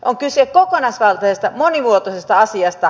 on kyse kokonaisvaltaisesta monimuotoisesta asiasta